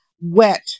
wet